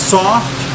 soft